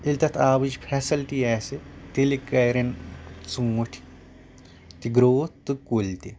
ییٚلہِ تَتھ آبٕچ فیسلٹی آسہِ تیٚلہِ کَرن ژوٗنٹھۍ تہِ گروتھ تہٕ کُلۍ تہِ